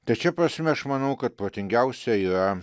tad šia prasme aš manau kad protingiausia yra